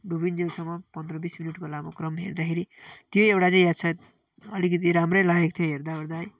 डुबिन्जेलसम्म पन्ध्र बिस मिनटको लामो क्रम हेर्दाखेरि त्यो एउटा चाहिँ याद छ अलिकिति राम्रै लागेको थियो हेर्दा ओर्दा है